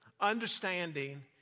understanding